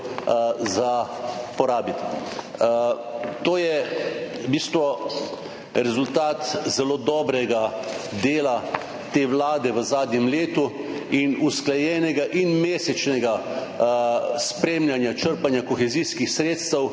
za porabiti. To je v bistvu rezultat zelo dobrega dela te vlade v zadnjem letu in usklajenega in mesečnega spremljanja črpanja kohezijskih sredstev.